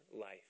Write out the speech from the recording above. life